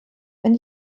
wenn